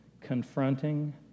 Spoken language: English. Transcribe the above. confronting